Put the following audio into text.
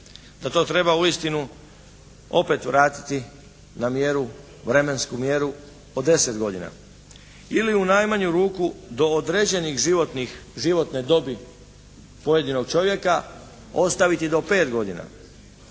da to treba uistinu opet vratiti na mjeru, vremensku mjeru od 10 godina. Ili u najmanju ruku do određenih životnih, životne dobi pojedinog čovjeka ostaviti do 5 godina.